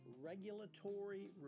regulatory